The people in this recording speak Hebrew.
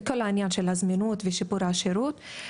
את כל עניין זמינות ושיפור השירות.